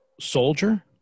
Soldier –